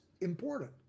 important